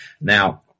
Now